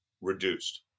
reduced